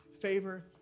Favor